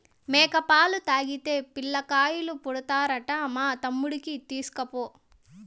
మేక పాలు తాగితే పిల్లకాయలు పుడతారంట మా తమ్ముడికి తీస్కపో